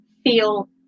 feel